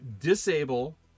disable